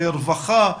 רווחה,